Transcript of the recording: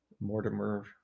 mortimer